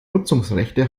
nutzungsrechte